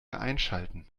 einschalten